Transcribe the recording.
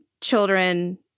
children